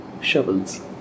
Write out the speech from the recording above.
shovels